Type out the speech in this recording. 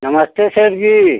नमस्ते सेठ जी